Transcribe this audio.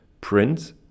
print